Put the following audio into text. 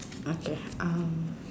okay um